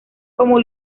como